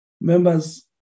members